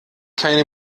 keine